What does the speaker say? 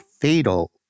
fatal